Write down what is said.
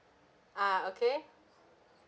ah okay